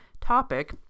topic